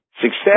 success